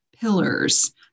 pillars